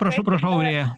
prašau prašau aurėja